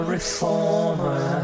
Reformer